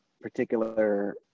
particular